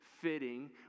fitting